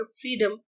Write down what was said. freedom